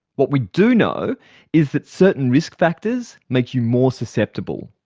what we do know is that certain risk factors make you more susceptible.